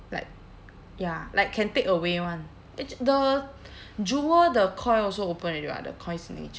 like ya like can takeaway [one] eh the jewel the koi also open already [what] the koi signature